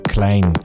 Klein